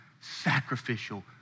sacrificial